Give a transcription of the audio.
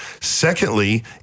Secondly